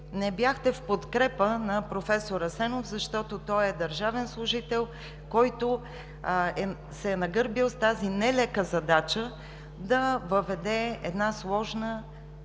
не бяхте в подкрепа на професор Асенов, защото той е държавен служител, който се е нагърбил с тази нелека задача – да въведе една сложна